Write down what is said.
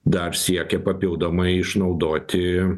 dar siekia papildomai išnaudoti